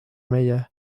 meie